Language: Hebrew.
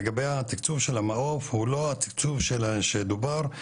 לגבי התקצוב של ה"מעוף" הוא לא התקצוב שדובר,